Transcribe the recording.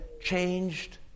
changed